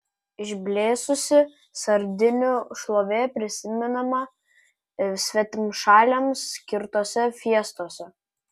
išblėsusi sardinių šlovė prisimenama svetimšaliams skirtose fiestose